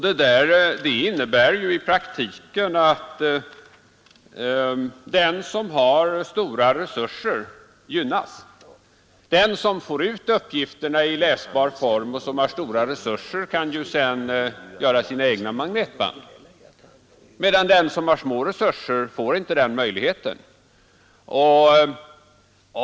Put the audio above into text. Detta innebär i praktiken att den som har stora resurser gynnas. Den som får ut uppgifterna i läsbar form och som har stora resurser kan ju sedan göra sina egna magnetband, medan den som har små resurser inte får den möjligheten.